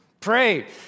Pray